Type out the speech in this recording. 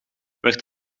werd